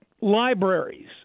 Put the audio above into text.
libraries